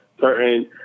certain